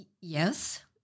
Yes